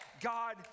God